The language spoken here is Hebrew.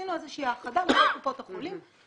עשינו איזושהי האחדה לכל קופות החולים,